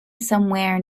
somewhere